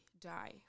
die